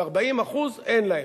ו-40% אין להם.